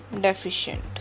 deficient